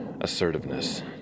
Assertiveness